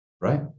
right